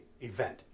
event